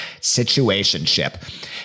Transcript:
Situationship